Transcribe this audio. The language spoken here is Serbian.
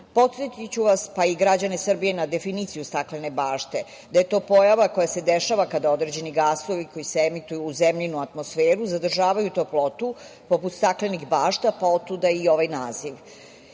bašte. Podsetiću vas, pa i građane Srbije, na definiciju staklene bašte – da je to pojava koja se dešava kada određeni gasovi koji se emituju u zemljinu atmosferu zadržavaju toplotu, poput staklenih bašta, pa otuda i ovaj naziv.